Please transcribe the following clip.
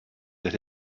that